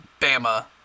Bama